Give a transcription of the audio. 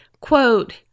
quote